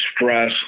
stress